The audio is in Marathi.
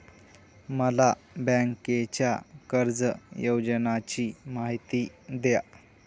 मला बँकेच्या कर्ज योजनांची माहिती द्या